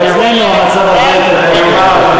צריך להצמיד שכר לישיבות המליאה.